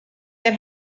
that